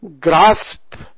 grasp